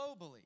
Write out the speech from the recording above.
globally